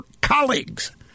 colleagues